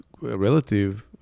relative